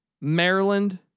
Maryland